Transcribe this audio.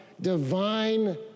divine